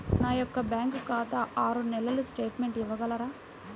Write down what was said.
నా యొక్క బ్యాంకు ఖాతా ఆరు నెలల స్టేట్మెంట్ ఇవ్వగలరా?